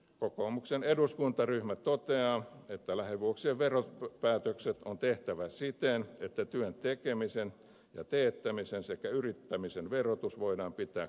kokoomuksen eduskuntaryhmä toteaa että lähivuosien veropäätökset on tehtävä siten että työn tekemisen ja teettämisen sekä yrittämisen verotus voidaan pitää kannustavana